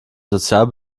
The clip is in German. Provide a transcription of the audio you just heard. sozial